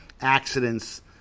accidents